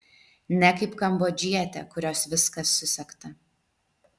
ne kaip kambodžietė kurios viskas susegta